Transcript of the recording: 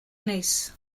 neis